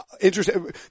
interesting